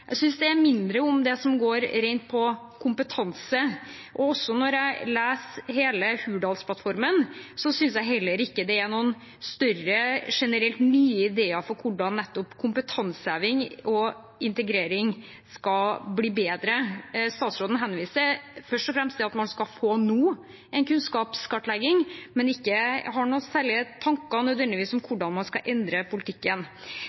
jeg synes det er mindre om det som går på ren kompetanse. Også når jeg leser hele Hurdalsplattformen, synes jeg heller ikke det generelt er noen større og nye ideer om hvordan nettopp kompetansehevingen og integreringen skal bli bedre. Statsråden henviser først og fremst til at man nå skal få en kunnskapskartlegging, men hun har ikke i særlig grad noen tanker om hvordan man skal endre politikken.